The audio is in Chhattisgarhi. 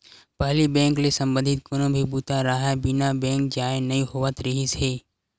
पहिली बेंक ले संबंधित कोनो भी बूता राहय बिना बेंक जाए नइ होवत रिहिस हे